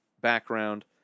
background